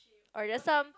or they are some